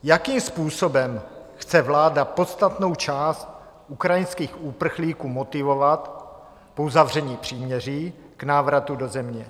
Jakým způsobem chce vláda podstatnou část ukrajinských uprchlíků motivovat po uzavření příměří k návratu do země?